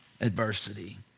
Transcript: adversity